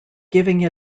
giving